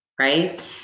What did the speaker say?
right